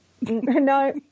No